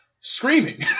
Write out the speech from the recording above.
screaming